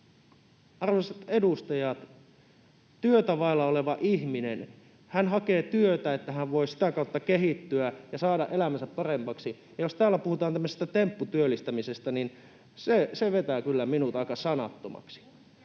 Arvoisat edustajat, työtä vailla oleva ihminen hakee työtä, että hän voi sitä kautta kehittyä ja saada elämänsä paremmaksi, ja jos täällä puhutaan tämmöisestä tempputyöllistämisestä, niin se vetää kyllä minut aika sanattomaksi.